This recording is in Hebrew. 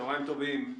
צוהריים טובים.